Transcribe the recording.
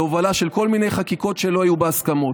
להובלה של כל מיני חקיקות שלא היו בהסכמות.